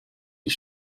die